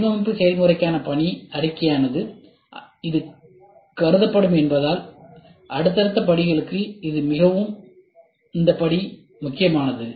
வடிவமைப்பு செயல்முறைக்கான பணி அறிக்கையாக இது கருதப்படும் என்பதால் அடுத்தடுத்த படிகளுக்கு இந்த படி மிகவும் முக்கியமானது